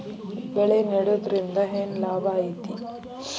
ಬೆಳೆ ನೆಡುದ್ರಿಂದ ಏನ್ ಲಾಭ ಐತಿ?